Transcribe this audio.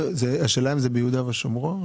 השאלה אם זה ביהודה ושומרון.